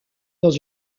dans